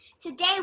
Today